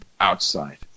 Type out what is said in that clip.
outside